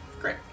Great